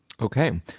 Okay